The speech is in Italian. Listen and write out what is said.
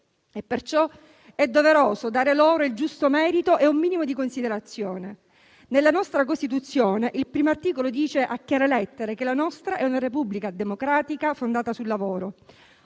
Perciò è doveroso dare loro il giusto merito e un minimo di considerazione. Nella nostra Costituzione il primo articolo dice a chiare lettere che la nostra è una Repubblica democratica fondata sul lavoro.